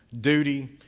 duty